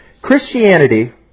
Christianity